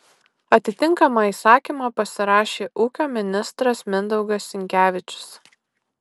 atitinkamą įsakymą pasirašė ūkio ministras mindaugas sinkevičius